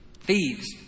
thieves